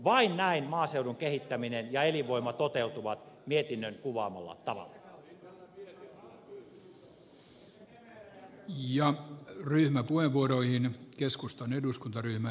vain näin maaseudun kehittäminen ja elinvoima toteutuvat mietinnön kuvaamalla tavalla